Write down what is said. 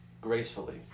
gracefully